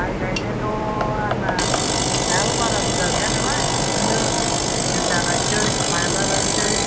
माइ गाइनायाथ' आंना हायाबो बारा बुरजा गैया नालाय बिदिनो जोसा गायनोसै माइब्रा गायनोसै